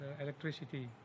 electricity